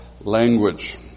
language